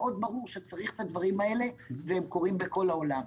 מאוד ברור שצריך את הדברים האלה והם קורים בכל העולם.